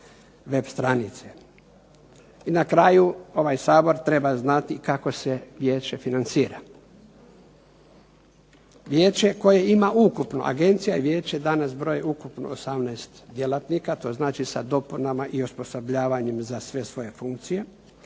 I na kraju ovaj Sabor treba znati kako se Vijeće financira. Agencija i Vijeće danas broji ukupno 18 djelatnika, to znači sa dopunama i osposobljavanjem za sve svoje funkcije,